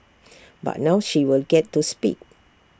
but now she will get to speak